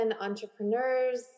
entrepreneurs